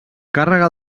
càrrega